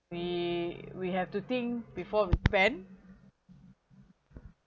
we we have to think before spend